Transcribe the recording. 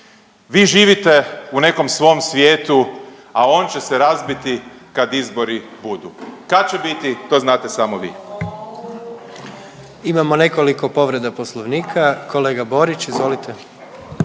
vi živite u nekom svom svijetu, a on će se razbiti kad izbori budu, kad će biti to znate samo vi. **Jandroković, Gordan (HDZ)** Imamo nekoliko povreda Poslovnika. Kolega Borić, izvolite.